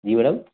जी madam